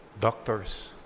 doctors